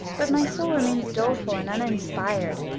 but my soul remains doleful and uninspired.